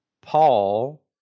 Paul